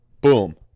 Boom